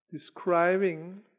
describing